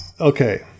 okay